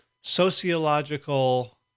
sociological